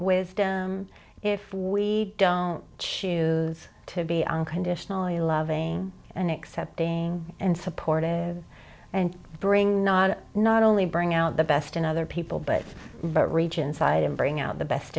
wisdom if we don't choose to be unconditionally loving and accepting and supportive and bring not only bring out the best in other people but region side and bring out the best